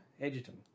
Edgerton